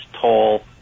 tall